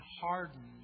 hardened